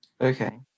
Okay